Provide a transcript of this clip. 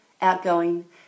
outgoing